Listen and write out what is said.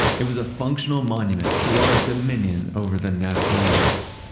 it was a functional monument to our dominion over the natural world,